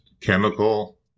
chemical